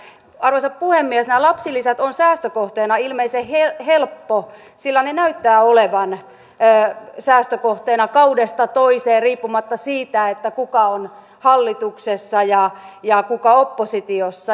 mutta arvoisa puhemies nämä lapsilisät ovat säästökohteena ilmeisen helppo sillä ne näyttävät olevan säästökohteena kaudesta toisen riippumatta siitä kuka on hallituksessa ja kuka oppositiossa